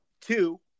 Two